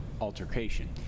altercation